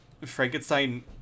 Frankenstein